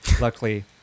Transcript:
Luckily